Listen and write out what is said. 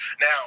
Now